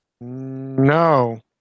no